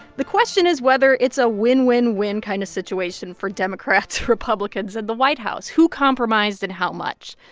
the question is whether it's a win-win-win kind of situation for democrats, republicans and the white house. who compromised, and how much?